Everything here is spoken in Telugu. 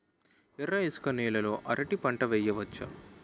ఎర్ర ఇసుక నేల లో అరటి పంట వెయ్యచ్చా?